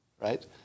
right